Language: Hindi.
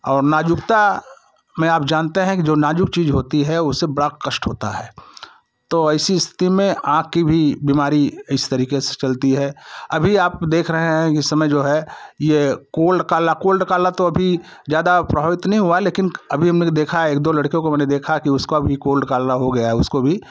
और नाजुकता में आप जानते हैं जो नाजुक चीज होती है उससे बड़ा कष्ट होता है तो ऐसी स्थिति में आँख की भी बीमारी इस तरीके से चलती है अभी आप देख रहे हैं इस समय जो है ये कोल्ड कालरा कोल्ड कालरा तो अभी ज्यादा प्रभावित नहीं हुआ है लेकिन अभी हमने देखा है एक दो लड़कियों को मैंने देखा कि उसका भी कोल्ड कालरा हो गया है उसको भी